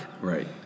Right